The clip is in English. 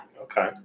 Okay